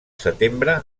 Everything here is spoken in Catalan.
setembre